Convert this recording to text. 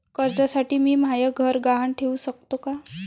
कर्जसाठी मी म्हाय घर गहान ठेवू सकतो का